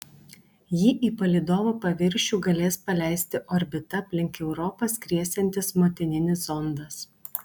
jį į palydovo paviršių galės paleisti orbita aplink europą skriesiantis motininis zondas